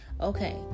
okay